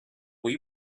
will